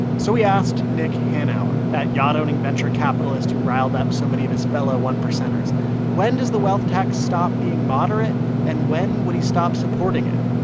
so we asked nick hanauer, that yacht-owning venture capitalist who riled up so many of his fellow one-percenters when does the wealth tax stop being moderate and when would he stop supporting it?